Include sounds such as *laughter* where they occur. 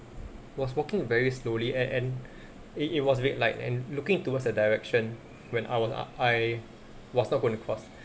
was walking very slowly and and *breath* it it was red light and looking towards the direction when I was I I was not going to cross